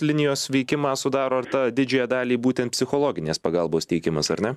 linijos veikimą sudaro ir tą didžiąją dalį būtent psichologinės pagalbos teikimas ar ne